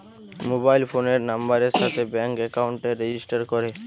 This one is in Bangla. মোবাইল ফোনের নাম্বারের সাথে ব্যাঙ্ক একাউন্টকে রেজিস্টার করে